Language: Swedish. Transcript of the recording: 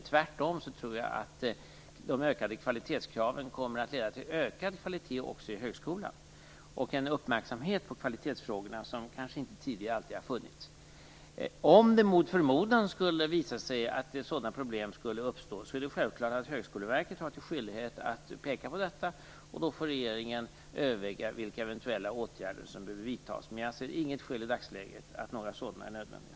Jag tror tvärtom att de ökade kvalitetskraven kommer att leda till ökad kvalitet också i högskolan och till en uppmärksamhet på kvalitetsfrågorna som kanske inte tidigare alltid har funnits. Om det mot förmodan skulle visa sig att sådana problem skulle uppstå är Högskoleverket självfallet skyldigt att peka på detta. Då får regeringen överväga vilka eventuella åtgärder som behöver vidtas. Men jag ser i dagsläget inget skäl för att några sådana är nödvändiga.